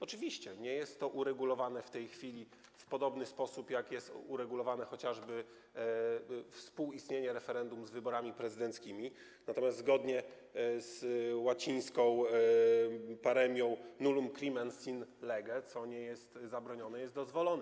Oczywiście nie jest to uregulowane w tej chwili w podobny sposób jak jest uregulowane chociażby współistnienie referendum z wyborami prezydenckimi, natomiast zgodnie z łacińską paremią nullum crimen sine lege - co nie jest zabronione, jest dozwolone.